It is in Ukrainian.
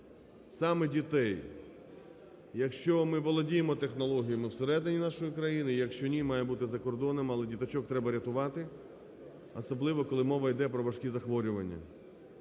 саме дітей. Якщо ми володіємо технологіями всередині нашої країни, якщо ні, має бути за кордоном, але діточок треба рятувати, особливо, коли мова йде про важкі захворювання.